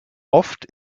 oft